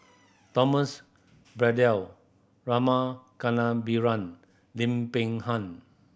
Thomas Braddell Rama Kannabiran Lim Peng Han